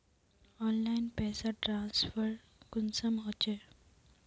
Online पैसा transfer कुंसम होचे?